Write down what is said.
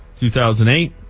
2008